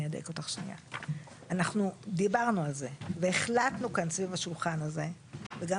אנחנו דיברנו על זה והחלטנו סביב השולחן הזה וגם